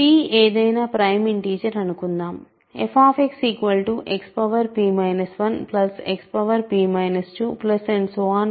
p ఏదైనా prime integer అనుకుందాం f Xp 1Xp 2